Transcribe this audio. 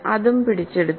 അതും പിടിച്ചെടുത്തു